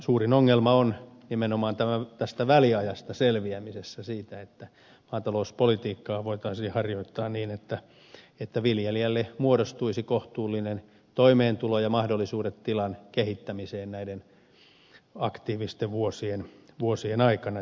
suurin ongelma on nimenomaan tästä väliajasta selviämisessä siinä että maatalouspolitiikkaa voitaisiin harjoittaa niin että viljelijälle muodostuisi kohtuullinen toimeentulo ja mahdollisuudet tilan kehittämiseen näiden aktiivisten vuosien aikana